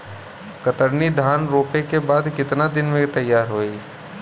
कतरनी धान रोपे के बाद कितना दिन में तैयार होई?